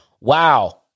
wow